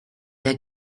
der